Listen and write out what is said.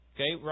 Okay